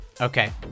Okay